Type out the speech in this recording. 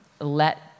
let